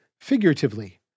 figuratively